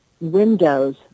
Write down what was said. windows